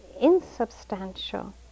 insubstantial